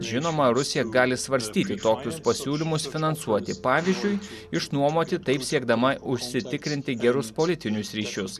žinoma rusija gali svarstyti tokius pasiūlymus finansuoti pavyzdžiui išnuomoti taip siekdama užsitikrinti gerus politinius ryšius